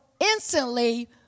Instantly